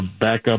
backup